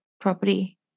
property